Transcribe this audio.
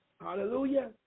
Hallelujah